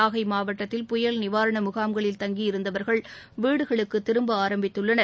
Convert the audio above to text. நாகை மாவட்டத்தில் புயல் நிவாரண முனாம்களில் தங்கி இருந்தவர்கள் வீடுகளுக்கு திரும்ப ஆரம்பித்துள்ளனர்